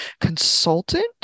consultant